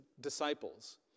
disciples